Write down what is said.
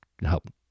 help